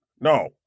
no